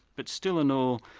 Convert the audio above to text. but still and all,